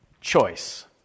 Choice